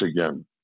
again